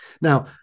Now